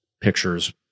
pictures